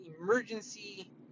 emergency